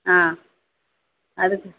ஆ அதுக்கு